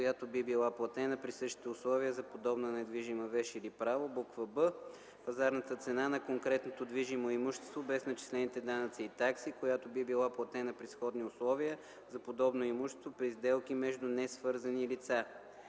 която би била платена при същите условия за подобна недвижима вещ или право; б) пазарната цена на конкретното движимо имущество, без начислените данъци и такси, която би била платена при сходни условия за подобно имущество при сделки между несвързани лица.”